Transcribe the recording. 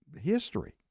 History